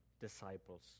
disciples